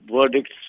verdicts